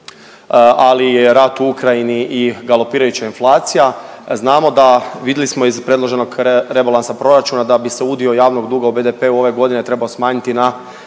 ali i rat u Ukrajini i galopirajuća inflacija znamo da, vidjeli smo iz predloženog rebalansa proračuna da bi se udio javnog duga u BDP-u ove godine trebao smanjiti na